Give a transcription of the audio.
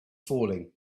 falling